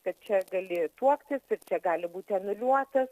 kad čia gali tuoktis ir čia gali būti anuliuota